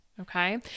Okay